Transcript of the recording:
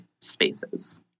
spaces